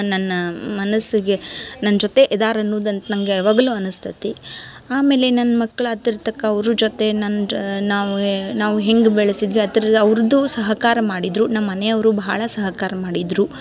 ನನ್ನ ಮನಸ್ಸಿಗೆ ನನ್ ಜೊತೆ ಇದಾರನ್ನುದ ಅಂತ ನಂಗ ಯಾವಾಗಲೂ ಅನಸ್ತೇತಿ ಆಮೇಲೆ ನನ್ನ ಮಕ್ಳು ಅದ್ರ ತಕ್ಕ ಅವರು ಜೊತೆ ನನ್ದ್ರ ನಾವು ಎ ನಾವು ಹೆಂಗ ಬೆಳೆಸಿದ್ವಿ ಅದರ ಅವರದ್ದು ಸಹಕಾರ ಮಾಡಿದ್ದರೂ ನಮ್ಮ ಮನೆಯೋರು ಭಾಳ ಸಹಕಾರ ಮಾಡಿದ್ದರು